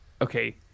Okay